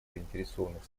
заинтересованных